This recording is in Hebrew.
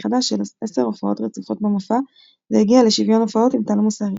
חדש של עשר הופעות רצופות במופע והגיעה לשוויון הופעות עם טל מוסרי.